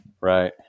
Right